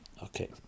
Okay